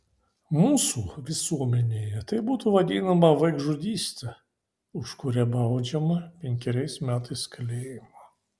mūsų visuomenėje tai būtų vadinama vaikžudyste už kurią baudžiama penkeriais metais kalėjimo